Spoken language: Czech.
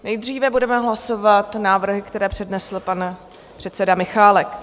Nejdříve budeme hlasovat návrhy, které přednesl pan předseda Michálek.